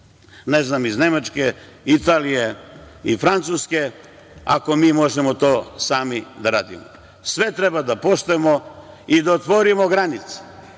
proizvođač iz Nemačke, Italije i Francuske, ako mi možemo to sami da radimo. Sve treba da poštujemo i da otvorimo granice